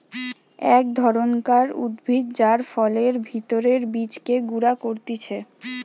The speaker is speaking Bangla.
এক ধরণকার উদ্ভিদ যার ফলের ভেতরের বীজকে গুঁড়া করতিছে